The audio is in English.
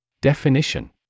Definition